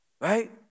right